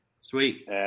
Sweet